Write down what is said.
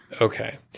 Okay